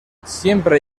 siempre